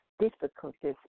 difficulties